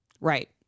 Right